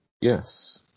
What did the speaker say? Yes